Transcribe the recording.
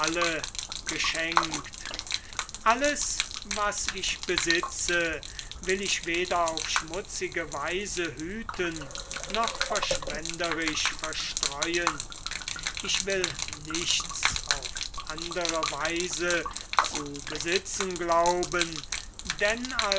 geschenkt alles was ich besitze will ich weder auf schmutzige weise hüten noch verschwenderisch verstreuen ich will nichts auf andere weise zu besitzen glauben denn